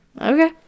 Okay